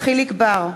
יחיאל חיליק בר,